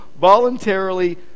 voluntarily